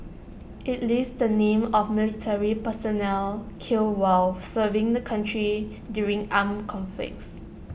IT lists the names of military personnel killed while serving the country during armed conflicts